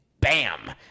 bam